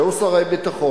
שהיו שרי ביטחון,